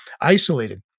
isolated